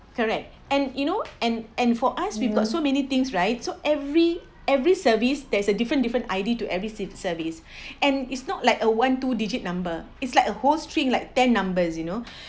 correct and you know and and for us we've got so many things right so every every service there is a different different I_D to every sip~ service and it's not like a one two digit number is like a whole string like ten numbers you know